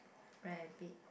rabbit